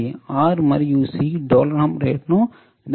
R మరియు C డోలనం రేటును నిర్ణయిస్తుంది